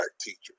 teachers